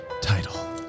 Title